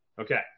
Okay